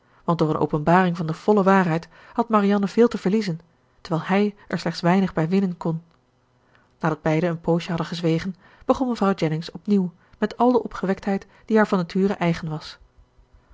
want door een openbaring van de volle waarheid had marianne veel te verliezen terwijl hij er slechts weinig bij winnen kon nadat beiden een poosje hadden gezwegen begon mevrouw jennings opnieuw met al de opgewektheid die haar van nature eigen was